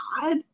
God